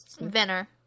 Venner